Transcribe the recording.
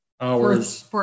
hours